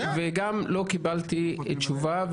גם לא קיבלתי תשובה,